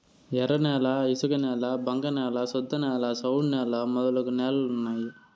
ఎర్రన్యాల ఇసుకనేల బంక న్యాల శుద్ధనేల సౌడు నేల మొదలగు నేలలు ఉన్నాయి